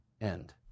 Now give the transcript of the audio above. end